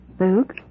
Luke